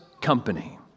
company